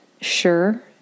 sure